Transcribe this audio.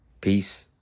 Peace